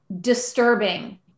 disturbing